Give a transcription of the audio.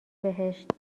بهشت